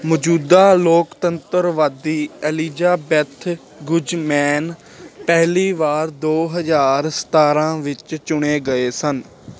ਮੌਜੂਦਾ ਲੋਕਤੰਤਰਵਾਦੀ Elizabeth Guzman ਪਹਿਲੀ ਵਾਰ ਦੋ ਹਜ਼ਾਰ ਸਤਾਰਾਂ ਵਿੱਚ ਚੁਣੇ ਗਏ ਸਨ